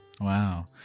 Wow